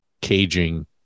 caging